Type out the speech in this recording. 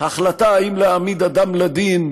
ההחלטה אם להעמיד אדם לדין,